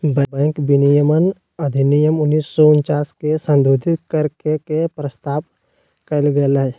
bank विनियमन अधिनियम उन्नीस सौ उनचास के संशोधित कर के के प्रस्ताव कइल गेलय